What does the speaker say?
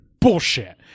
bullshit